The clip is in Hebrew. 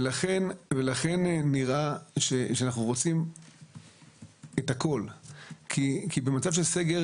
לכן נראה שאנחנו רוצים את הכול כי במצב של סגר,